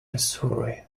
missouri